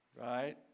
right